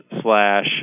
slash